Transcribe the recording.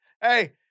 Hey